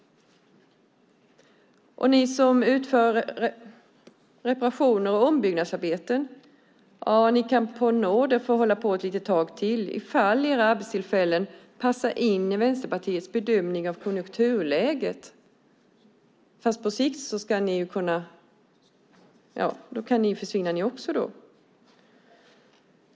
Och ni som utför reparationer och ombyggnadsarbeten kan på nåder få hålla på ett litet tag till ifall era arbetstillfällen passar in i Vänsterpartiets bedömning av konjunkturläget. Fast på sikt kan ni också försvinna.